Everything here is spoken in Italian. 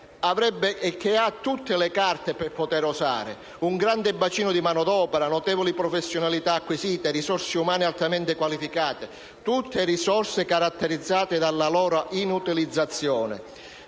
ed ha tutte le carte per poter osare: un grande bacino di manodopera, notevoli professionalità acquisite, risorse umane altamente qualificate. Sono tutte risorse caratterizzate dalla loro inutilizzazione.